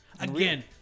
Again